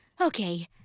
Okay